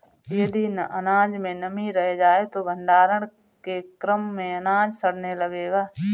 यदि अनाज में नमी रह जाए तो भण्डारण के क्रम में अनाज सड़ने लगेगा